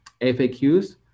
FAQs